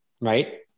right